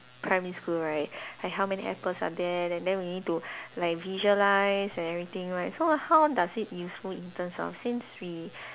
primary school right like how many apples are there then we need to like visualise and everything right so how does it useful in terms of since we